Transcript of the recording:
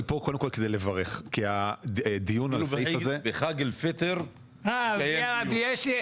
אפילו בחג אל פיטר התקיים דיון.